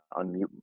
unmute